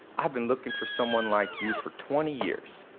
i've been looking for someone like you for twenty years.